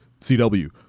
CW